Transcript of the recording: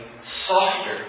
softer